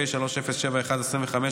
פ/3071/25,